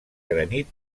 granit